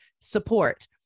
support